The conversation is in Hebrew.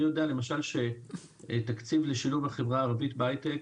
אני יודע למשל שתקציב לשילוב החברה הערבית בהייטק,